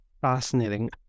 Fascinating